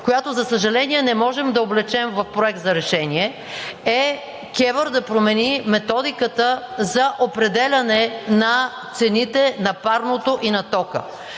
която, за съжаление, не можем да облечем в проект за решение, КЕВР да промени методиката за определяне на цените на парното и на тока.